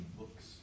books